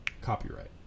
copyright